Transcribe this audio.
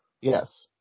Yes